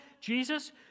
Jesus